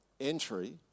entry